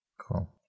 Cool